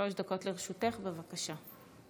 שלוש דקות לרשותך, בבקשה.